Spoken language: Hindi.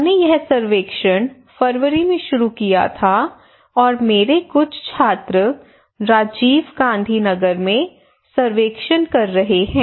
हमने यह सर्वेक्षण फरवरी में शुरू किया था और मेरे कुछ छात्र राजीव गांधी नगर में सर्वेक्षण कर रहे हैं